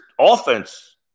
offense